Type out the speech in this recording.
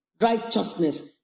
righteousness